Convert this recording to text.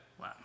Wow